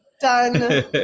done